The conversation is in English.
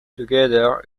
together